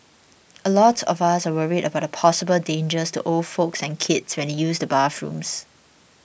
a lot of us are worried about the possible dangers to old folks and kids when they use the bathrooms